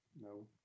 No